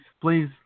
please